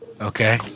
Okay